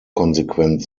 konsequent